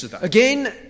Again